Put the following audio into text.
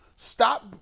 Stop